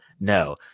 no